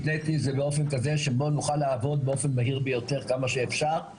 התניתי זאת באופן כזה שבו נוכל לעבוד באופן מהיר ביותר עד כמה שאפשר,